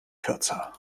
kürzer